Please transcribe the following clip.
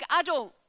adult